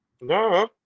No